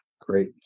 Great